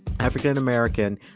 African-American